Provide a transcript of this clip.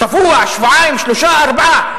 שבוע, שבועיים, שלושה, ארבעה.